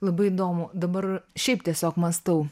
labai įdomu dabar šiaip tiesiog mąstau